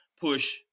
push